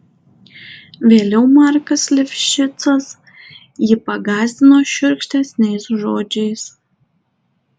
vėliau markas livšicas jį pagąsdino šiurkštesniais žodžiais